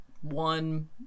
one